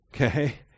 Okay